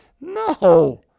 no